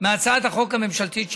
מהצעת החוק הממשלתית שפוצלה.